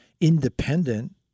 independent